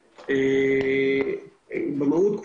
במהות,